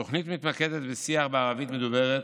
התוכנית מתמקדת בשיח בערבית מדוברת